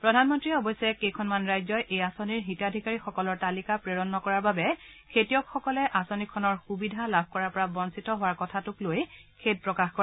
প্ৰধানমন্ত্ৰীয়ে অৱশ্যে কেইখনমান ৰাজ্যই এই আঁচনিৰ হিতাধিকাৰীসকলৰ তালিকা প্ৰেৰণ নকৰাৰ বাবে খেতিয়কসকলে আঁচনিখনৰ সুবিধা লাভ কৰাৰ পৰা বঞ্চিত হোৱাৰ কথাটোক লৈ খেদ প্ৰকাশ কৰে